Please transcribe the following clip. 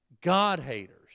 God-haters